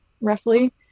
roughly